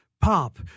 pop